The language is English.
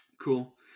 Cool